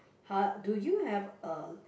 heart do you have a